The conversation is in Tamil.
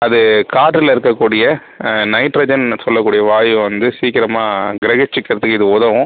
அது காட்டுல இருக்கக்கூடிய நைட்ரஜன்னு சொல்லக்கூடிய வாயு வந்து சீக்கிரமாக கிரகிச்சுக்கிறதுக்கு இது உதவும்